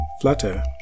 Flutter